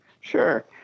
Sure